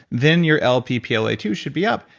then your lp p l a two should be up,